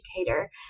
educator